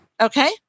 okay